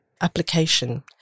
application